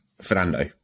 Fernando